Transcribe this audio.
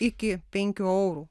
iki penkių eurų